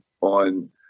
on